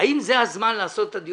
אני קיימתי פה את הדיון,